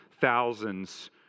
thousands